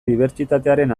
dibertsitatearen